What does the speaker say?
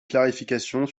clarification